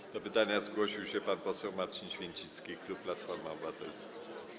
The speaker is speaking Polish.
Do zadania pytania zgłosił się pan poseł Marcin Święcicki, klub Platforma Obywatelska.